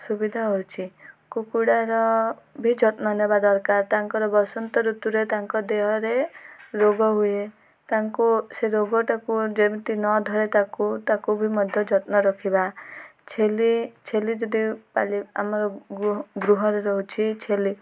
ସୁବିଧା ହଉଛି କୁକୁଡ଼ାର ବି ଯତ୍ନ ନେବା ଦରକାର ତାଙ୍କର ବସନ୍ତ ଋତୁରେ ତାଙ୍କ ଦେହରେ ରୋଗ ହୁଏ ତାଙ୍କୁ ସେ ରୋଗଟାକୁ ଯେମିତି ନ ଧରେ ତାକୁ ତାକୁ ବି ମଧ୍ୟ ଯତ୍ନ ରଖିବା ଛେଳି ଛେଳି ଯଦି ପାଲି ଆମର ଗୃହରେ ରହୁଛି ଛେଳି